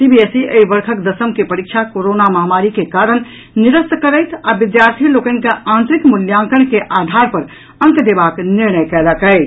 CBSE एहि वर्षक दशम के परीक्षा कोरोना महामारी के कारण निरस्त करैत आ विद्यार्थी लोकनि के आंतरिक मूल्यांकन के आधार पर अंक देवाक निर्णय कयलक अछि